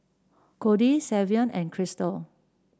Codie Savion and Christel